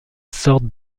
sortes